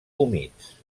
humits